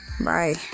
Bye